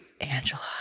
Angela